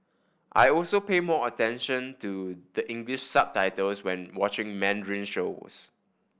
I also pay more attention to the English subtitles when watching Mandarin shows